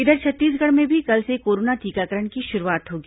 इधर छत्तीसगढ़ में भी कल से कोरोना टीकाकरण की शुरूआत होगी